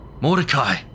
Mordecai